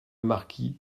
marquis